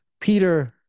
Peter